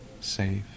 safe